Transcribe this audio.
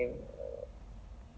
!huh! golac